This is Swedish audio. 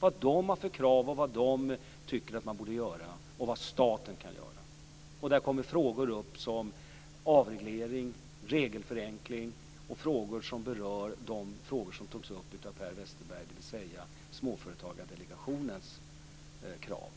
har för krav, vad de tycker att man borde göra och vad staten kan göra. Där kommer frågor upp som avreglering, regelförenkling och frågor som berör det som togs upp av Per Westerberg, dvs. Småföretagsdelegationens krav.